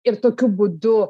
ir tokiu būdu